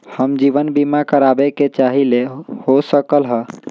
हम जीवन बीमा कारवाबे के चाहईले, हो सकलक ह?